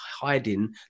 hiding